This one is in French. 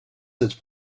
cette